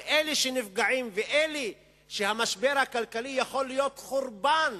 על אלה שנפגעים ואלה שהמשבר הכלכלי יכול להיות בשבילם חורבן,